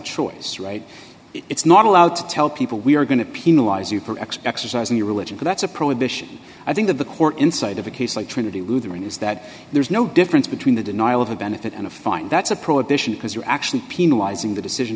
choice right it's not allowed to tell people we are going to penalize you for x exercising your religion but that's a prohibition i think that the core inside of a case like trinity lutheran is that there's no difference between the denial of a benefit and a fine that's a prohibition because you're actually penalising the decision